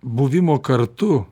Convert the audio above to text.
buvimo kartu